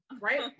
right